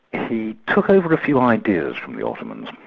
he took over a few ideas from the ottomans.